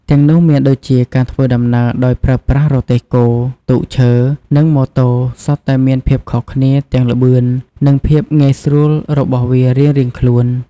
ទាំងនោះមានដូចជាការធ្វើដំណើរដោយប្រើប្រាស់ រទេះគោ ទូកឈើ និងម៉ូតូ សុទ្ធតែមានភាពខុសគ្នាទាំងល្បឿន ភាពងាយស្រួលរបស់វារៀងៗខ្លួន ។